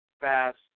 fast